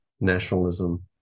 nationalism